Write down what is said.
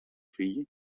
fill